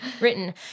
written